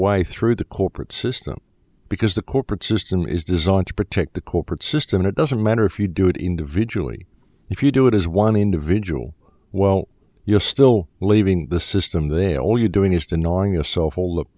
way through the corporate system because the corporate system is designed to protect the corporate system it doesn't matter if you do it individually if you do it as one individual well you're still leaving the system they all you're doing is to gnaw on yourself all